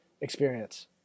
experience